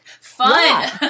fun